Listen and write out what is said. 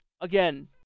again